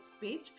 page